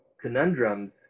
conundrums